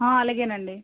ఆ అలాగే అండి